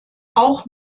auch